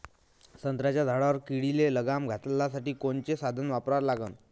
संत्र्याच्या झाडावर किडीले लगाम घालासाठी कोनचे साधनं वापरा लागन?